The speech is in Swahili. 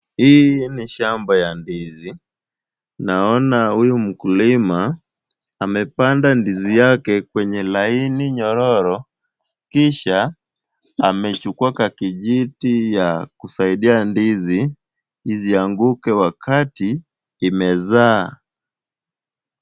Hii ni shamba ya ndizi, naona huyu mkulima amepanda ndizi yake kwenye laini nyororo kisha amechukuwa kakijiti ya kusaidia ndizi isianguke wakati imezaa.